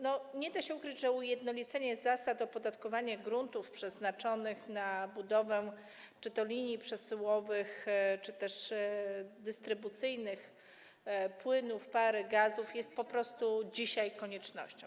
Nie da się ukryć, że ujednolicenie zasad opodatkowania gruntów przeznaczonych na budowę linii przesyłowych czy też dystrybucyjnych płynów, pary, gazów jest dzisiaj po prostu koniecznością.